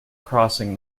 crossing